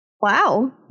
Wow